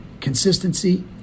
consistency